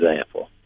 example